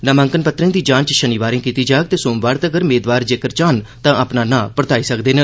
नामांकन पत्रें दी जांच शनिवार कीती जाग ते सोमवारे तक्कर मेदवार जेक्कर चाहन तां अपना नां परताई सकदे न